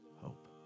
hope